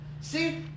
See